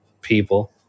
people